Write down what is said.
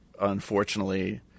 unfortunately